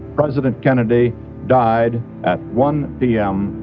president kennedy died at one p m.